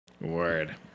Word